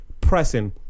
pressing